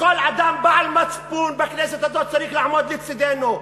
וכל אדם בעל מצפון בכנסת הזאת צריך לעמוד לצדנו.